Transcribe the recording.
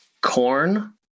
corn